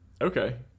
Okay